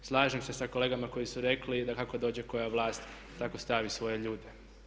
Slažem se sa kolegama koji su rekli da kako dođe koja vlast tako stavi svoje ljude.